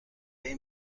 این